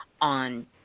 on